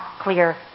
clear